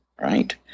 right